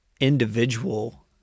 individual